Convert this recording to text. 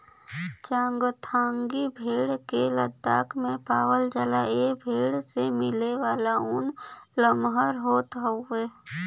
चांगथांगी भेड़ के लद्दाख में पावला जाला ए भेड़ से मिलेवाला ऊन लमहर होत हउवे